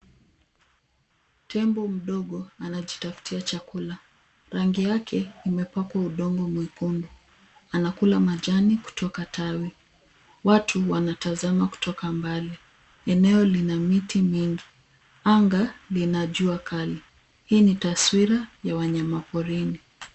Tembo mdogo anajitafutia chakula. Rangi yake imepakwa udongo mwekundu. Anakula majani kutoka tawi. Watu wanatazama kutoka mbali. Eneo lina miti mingi. Anga lina jua kali. Hii ni taswira ya wanyama porini.